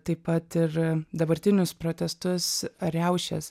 taip pat ir dabartinius protestus riaušes